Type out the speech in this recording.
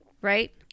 right